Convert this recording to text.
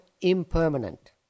impermanent